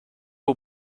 aux